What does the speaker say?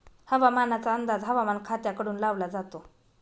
हवामानाचा अंदाज हवामान खात्याकडून लावला जातो